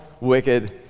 wicked